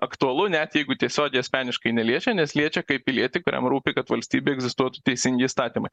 aktualu net jeigu tiesiogiai asmeniškai neliečia nes liečia kaip pilietį kuriam rūpi kad valstybėj egzistuotų teisingi įstatymai